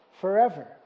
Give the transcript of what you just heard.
forever